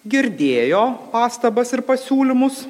girdėjo pastabas ir pasiūlymus